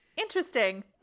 Interesting